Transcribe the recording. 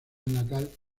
natal